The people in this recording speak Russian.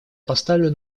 поставлю